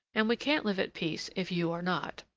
and we can't live at peace if you are not.